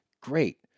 great